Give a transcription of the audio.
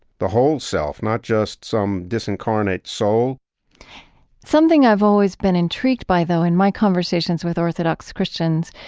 the whole self, not just some disincarnate soul something i've always been intrigued by, though, in my conversations with orthodox christians,